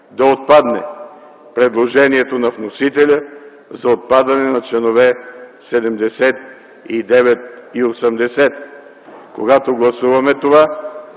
да отпадне предложението на вносителя за отпадане на членове 79 и 80. Когато гласуваме това,